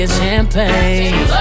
champagne